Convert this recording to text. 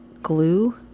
glue